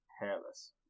hairless